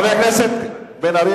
חבר הכנסת בן-ארי,